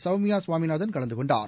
சௌமியாசுவாமிநாதன் கலந்துகொண்டார்